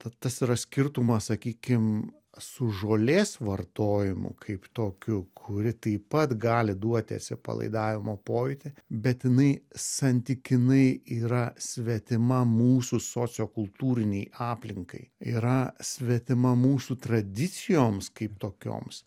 ta tas yra skirtumas sakykim su žolės vartojimu kaip tokiu kuri taip pat gali duoti atsipalaidavimo pojūtį bet jinai santykinai yra svetima mūsų sociokultūrinei aplinkai yra svetima mūsų tradicijoms kaip tokioms